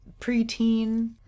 preteen